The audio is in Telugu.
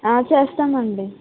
చేస్తామండి